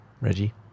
Reggie